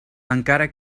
encara